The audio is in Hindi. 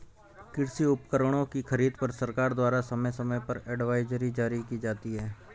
कृषि उपकरणों की खरीद पर सरकार द्वारा समय समय पर एडवाइजरी जारी की जाती है